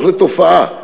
לתופעה.